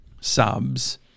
subs